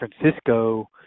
francisco